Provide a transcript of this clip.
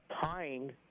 tying –